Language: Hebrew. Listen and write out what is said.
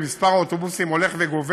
ומספר האוטובוסים הולך וגדל.